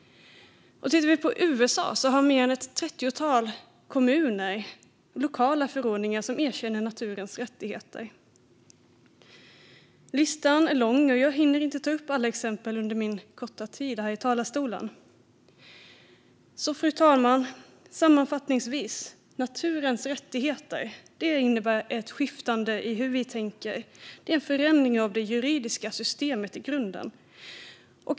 I USA har ett trettiotal kommuner lokala förordningar som erkänner naturens rättigheter. Listan är lång, och jag hinner inte ta upp alla exempel under min korta tid här i talarstolen. Sammanfattningsvis, fru talman: Naturens rättigheter innebär ett skifte i hur vi tänker och en förändring av det juridiska systemet i grunden.